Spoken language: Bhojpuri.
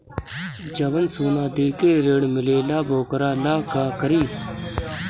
जवन सोना दे के ऋण मिलेला वोकरा ला का करी?